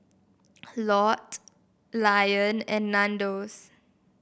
Lotte Lion and Nandos